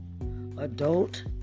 Adult